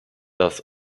das